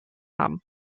haben